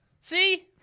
See